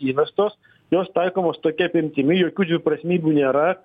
įvestos jos taikomos tokia apimtimi jokių dviprasmybių nėra